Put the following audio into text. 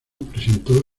presentó